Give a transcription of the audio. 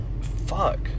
Fuck